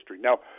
Now